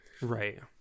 Right